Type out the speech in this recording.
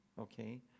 okay